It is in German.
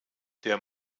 der